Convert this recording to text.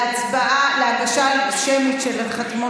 הצבעה שמית,